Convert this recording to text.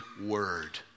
word